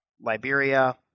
Liberia